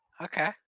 okay